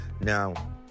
Now